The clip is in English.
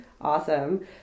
Awesome